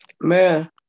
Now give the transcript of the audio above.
man